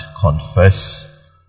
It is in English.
confess